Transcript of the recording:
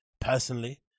personally